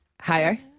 higher